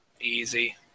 Easy